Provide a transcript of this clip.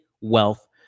wealth